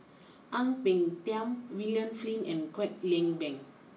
Ang Peng Tiam William Flint and Kwek Leng Beng